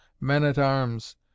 men-at-arms